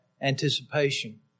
anticipation